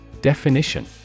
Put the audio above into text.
Definition